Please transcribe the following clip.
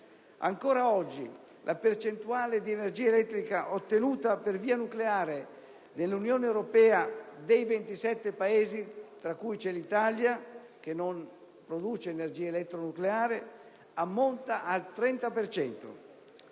Ancora oggi la percentuale di energia elettrica ottenuta per via nucleare nei 27 Paesi dell'Unione europea - tra cui l'Italia che non produce energia elettronucleare - ammonta al 30